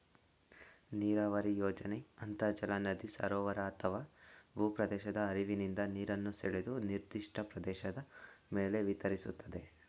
ನೀರಾವರಿ ಯೋಜನೆ ಅಂತರ್ಜಲ ನದಿ ಸರೋವರ ಅಥವಾ ಭೂಪ್ರದೇಶದ ಹರಿವಿನಿಂದ ನೀರನ್ನು ಸೆಳೆದು ನಿರ್ದಿಷ್ಟ ಪ್ರದೇಶದ ಮೇಲೆ ವಿತರಿಸ್ತದೆ